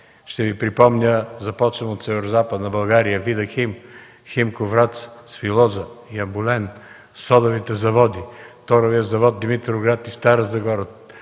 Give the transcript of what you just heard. Ще Ви припомня, започвам от Северозападна България – „Видахим”, „Химко – Враца”, „Свилоза”, „Ямболен”, Содовите заводи, Торовият завод в Димитровград и Стара Загора,